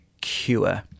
Cure